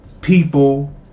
people